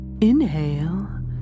inhale